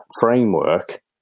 framework